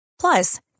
Plus